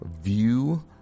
view